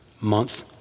month